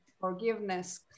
forgiveness